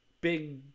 big